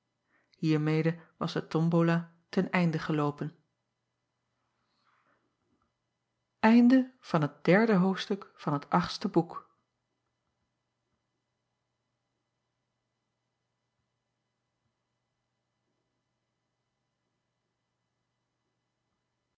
iermede was de tombola ten einde geloopen